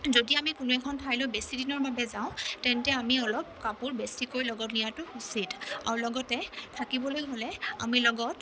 যদি আমি কোনো এখন ঠাইলৈ বেছি দিনৰ বাবে যাওঁ তেন্তে আমি অলপ কাপোৰ বেছিকৈ লগত নিয়াতো উচিত আৰু লগতে থাকিবলৈ হ'লে আমি লগত